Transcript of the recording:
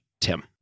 Tim